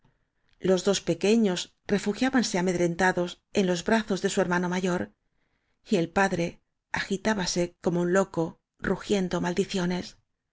los dos pequeños refugiábanse amedren tados en los brazos de su hermano mayor y el padre agitábase como un loco rugiendo maldiciones